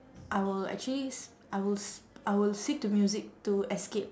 I will actually s~ I will s~ I will seek to music to escape